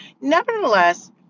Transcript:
nevertheless